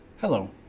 Hello